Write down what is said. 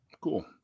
Cool